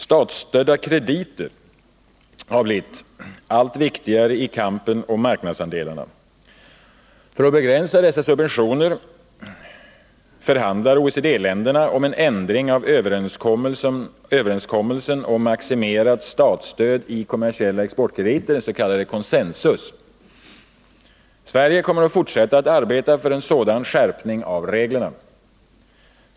Statsstödda krediter har blivit allt viktigare i kampen om marknadsandelarna. För att begränsa dessa subventioner förhandlar OECD-länderna om en ändring av överenskommelsen om maximerat statsstöd i kommersiella exportkrediter, den s.k. consensus. Sverige kommer att fortsätta att arbeta för en sådan skärpning av reglerna.